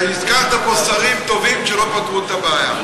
והזכרת פה שרים טובים שלא פתרו את הבעיה.